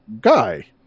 guy